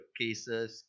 cases